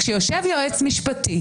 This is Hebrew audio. כשיושב יועץ משפטי